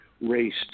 raced